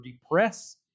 depress